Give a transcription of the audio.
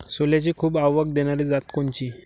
सोल्याची खूप आवक देनारी जात कोनची?